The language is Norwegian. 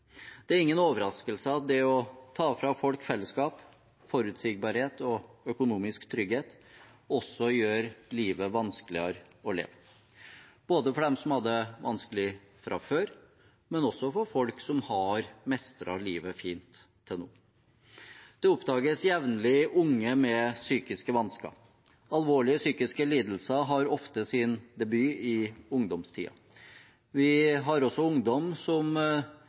Det er ingen overraskelse at det å ta fra folk fellesskap, forutsigbarhet og økonomisk trygghet også gjør livet vanskeligere å leve, både for dem som hadde det vanskelig fra før, og for folk som har mestret livet fint til nå. Det oppdages jevnlig unge med psykiske vansker. Alvorlige psykiske lidelser har ofte sin debut i ungdomstiden. Vi har også ungdom som